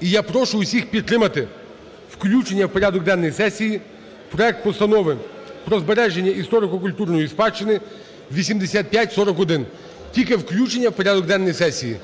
і я прошу усіх підтримати включення в порядок денний сесії проект Постанови про збереження історико-культурної спадщини (8541). Тільки включення в порядок денний сесії.